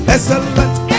Excellent